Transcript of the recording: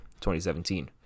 2017